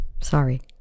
sorry